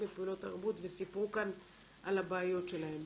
מפעילויות תרבות וסיפרו כאן על הבעיות שלהם.